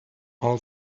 all